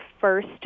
first